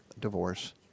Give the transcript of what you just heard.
Divorce